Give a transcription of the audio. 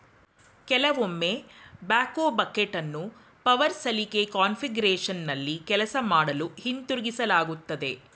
ಕೆಲವೊಮ್ಮೆ ಬ್ಯಾಕ್ಹೋ ಬಕೆಟನ್ನು ಪವರ್ ಸಲಿಕೆ ಕಾನ್ಫಿಗರೇಶನ್ನಲ್ಲಿ ಕೆಲಸ ಮಾಡಲು ಹಿಂತಿರುಗಿಸಲಾಗ್ತದೆ